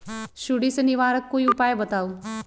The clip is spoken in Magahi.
सुडी से निवारक कोई उपाय बताऊँ?